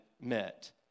met